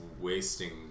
wasting